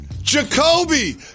Jacoby